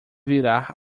virar